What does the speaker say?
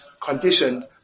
conditioned